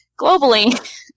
globally